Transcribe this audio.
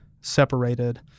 separated